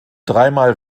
dreimal